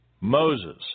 Moses